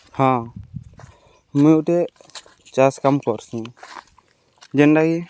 ହଁ ମୁଇଁ ଗୁଟେ ଚାଷ୍ କାମ୍ କର୍ସି ଯେନ୍ଟାକି